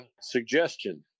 suggestion